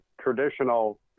traditional